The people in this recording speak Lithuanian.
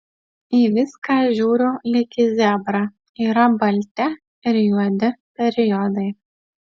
į viską žiūriu lyg į zebrą yra balti ir juodi periodai